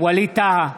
ווליד טאהא,